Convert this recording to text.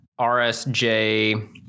RSJ